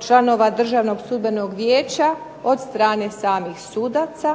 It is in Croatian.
članova Državnog sudbenog vijeća od strane samih sudaca.